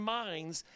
minds